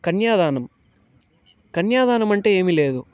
కన్యాదానం కన్యాదానం అంటే ఏమి లేదు